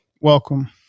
Welcome